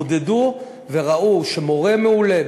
בודדו וראו שמורה מעולה,